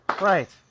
Right